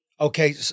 Okay